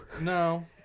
No